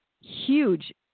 huge